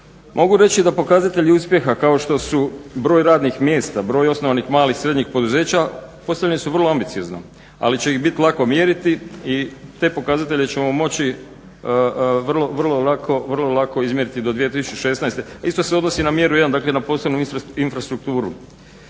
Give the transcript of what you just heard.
mogu reći da pokazatelji uspjeha kao što su broj radnih mjesta, broj osnovanih malih, srednjih poduzeća postavljeni su vrlo ambiciozno ali će ih biti lako mjeriti i te pokazatelje ćemo moći vrlo lako izmjeriti do 2016. A isto se odnosi na mjeru jedan, dakle na posebnu infrastrukturu